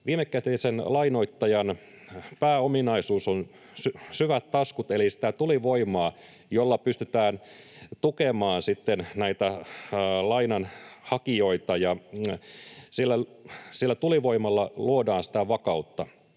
Viimekätisen lainoittajan pääominaisuus on, että on syvät taskut eli sitä tulivoimaa, jolla pystytään tukemaan lainan hakijoita, ja sillä tulivoimalla luodaan sitä vakautta.